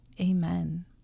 amen